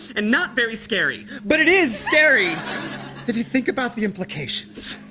and not very scary, but it is scary if you think about the implications.